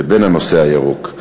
והנושא הירוק.